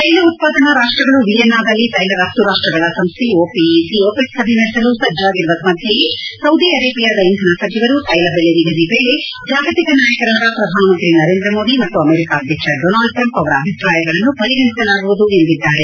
ತೈಲ ಉತ್ಪಾದನಾ ರಾಷ್ಟಗಳು ವಿಯೆನ್ನಾದಲ್ಲಿ ತೈಲ ರಘ್ತು ರಾಷ್ಟಗಳ ಸಂಸ್ಥೆ ಒಪಿಇಸಿ ಓಪೆಕ್ ಸಭೆ ನಡೆಸಲು ಸಜ್ಜಾಗಿರುವ ಮಧ್ಯೆಯೇ ಸೌದಿ ಅರೇಬಿಯಾದ ಇಂಧನ ಸಚಿವರು ತೈಲ ಬೆಲೆ ನಿಗದಿ ವೇಳೆ ಜಾಗತಿಕ ನಾಯಕರಾದ ಪ್ರಧಾನಮಂತ್ರಿ ನರೇಂದ್ರಮೋದಿ ಮತ್ತು ಅಮೆರಿಕ ಅಧ್ಯಕ್ಷ ಡೋನಾಲ್ಡ್ ಟ್ರಂಪ್ ಅವರ ಅಭಿಪ್ರಾಯಗಳನ್ನು ಪರಿಗಣಿಸಲಾಗುವುದು ಎಂದು ಪೇಳಿದ್ದಾರೆ